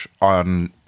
on